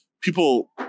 people